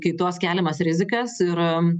kaitos keliamas rizikas ir